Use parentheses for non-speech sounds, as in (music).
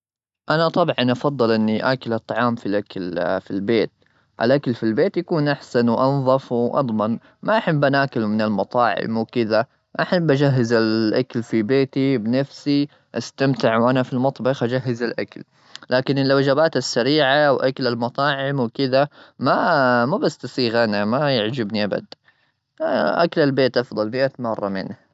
أنا طبعا أفضل إني آكل الطعام في الأكل-في البيت. الأكل في البيت يكون أحسن وأنظف وأضمن. ما أحب أنا آكله من المطاعم وكذا. أحب أجهز الأكل في بيتي بنفسي. استمتع وأنا في المطبخ أجهز الأكل. لكن الوجبات السريعة وأكل المطاعم وكذا م-ما بستصيغه أنا ما يعجبني أبد. (hesitation) أكل البيت أفضل مئة مرة منه.